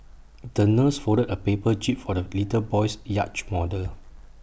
the nurse folded A paper jib for the little boy's yacht model